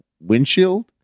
windshield